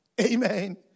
Amen